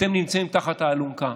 אתם נמצאים תחת האלונקה,